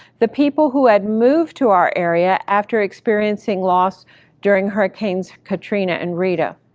the people who had moved to our area after experiencing loss during hurricanes katrina and rita.